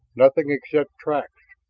nothing except tracks,